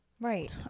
right